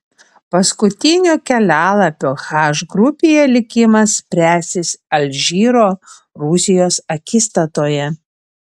paskutinio kelialapio h grupėje likimas spręsis alžyro rusijos akistatoje